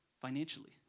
financially